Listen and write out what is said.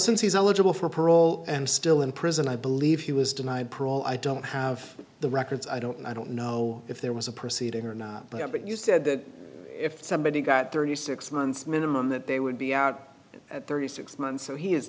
since he's eligible for parole and still in prison i believe he was denied parole i don't have the records i don't know i don't know if there was a proceeding or not but you said that if somebody got thirty six months minimum that they would be out at thirty six months so he is